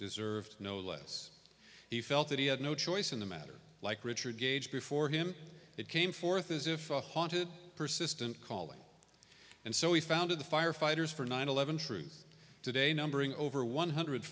deserved no less he felt that he had no choice in the matter like richard gage before him it came forth as if a haunted persistent calling and so he founded the firefighters for nine eleven truth today numbering over one hundred